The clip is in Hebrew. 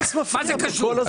מה זה קשור?